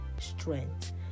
strength